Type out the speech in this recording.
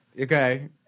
Okay